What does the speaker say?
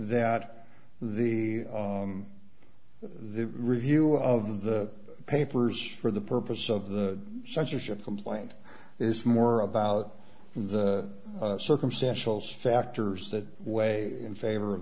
that the the review of the papers for the purpose of the censorship complaint is more about the circumstantial factors that weigh in favor of